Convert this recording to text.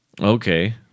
Okay